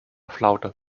flaute